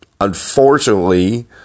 unfortunately